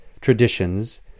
traditions